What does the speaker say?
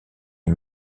les